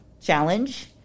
challenge